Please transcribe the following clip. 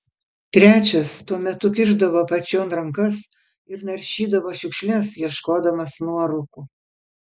trečias tuo metu kišdavo apačion rankas ir naršydavo šiukšles ieškodamas nuorūkų